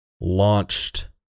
launched